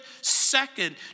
second